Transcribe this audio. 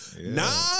Nah